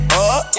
up